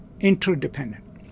interdependent